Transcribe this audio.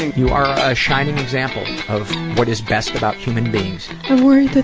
you are a shining example of what is best about human beings. i worry but